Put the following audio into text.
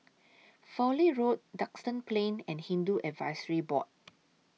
Fowlie Road Duxton Plain and Hindu Advisory Board